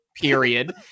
period